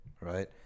Right